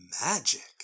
magic